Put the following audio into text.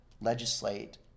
legislate